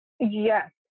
Yes